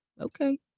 okay